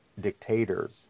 dictators